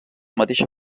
mateixa